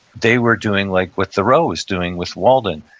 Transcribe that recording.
they were doing like what thoreau was doing with walden.